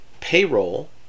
payroll